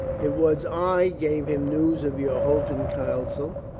it was i gave him news of your holton council.